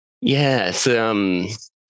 Yes